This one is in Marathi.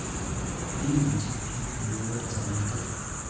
मी माझी फी वेळेवर जमा करतो